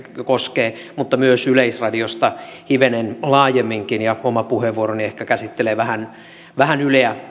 mutta myös yleisradiosta hivenen laajemminkin oma puheenvuoroni ehkä käsittelee yleä vähän